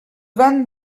van